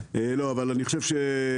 לא, אבל אני חושב שנצליח.